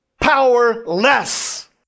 powerless